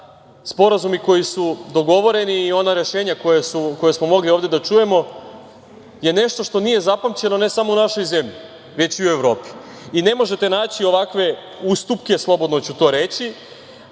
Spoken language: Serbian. da sporazumi koji su dogovoreni i ona rešenja koja smo mogli ovde da čujemo je nešto što nije zapamćeno ne samo u našoj zemlji, već i u Evropi. Ne možete naći ovakve ustupke, slobodno ću to reći,